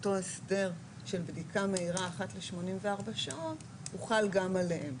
אותו הסדר של בדיקה מהירה אחת לשמונים וארבע שעות הוחל גם עליהם.